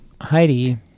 Heidi